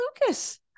lucas